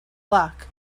luck